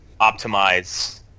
optimize